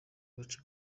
gace